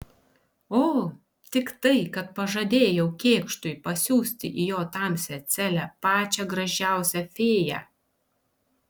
o tik tai kad pažadėjau kėkštui pasiųsti į jo tamsią celę pačią gražiausią fėją